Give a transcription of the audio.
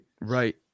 right